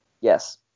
Yes